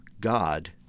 God